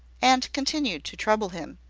and continued to trouble him,